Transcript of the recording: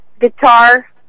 Guitar